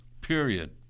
period